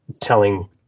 telling